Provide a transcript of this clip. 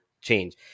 change